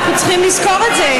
ואנחנו צריכים לזכור את זה,